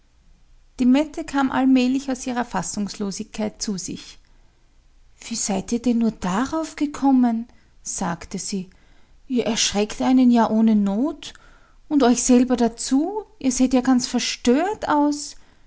die mette kam allmählich aus ihrer fassungslosigkeit zu sich wie seid ihr denn nur darauf gekommen sagte sie ihr erschreckt einen ja ohne not und euch selber dazu ihr seht ja ganz verstört aus